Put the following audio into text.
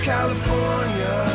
California